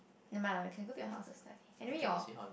never mind lah can go to your house and study anyway your